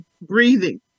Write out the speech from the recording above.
breathing